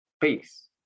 peace